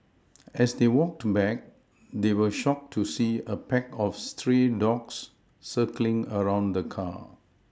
as they walked back they were shocked to see a pack of stray dogs circling around the car